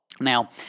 Now